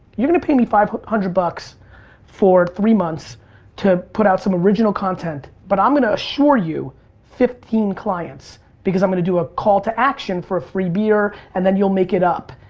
you're gonna pay me five hundred bucks for three months to put out some original content, but i'm gonna assure you fifteen clients because i'm gonna do a call to action for a free beer, and then you'll make it up.